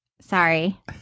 Sorry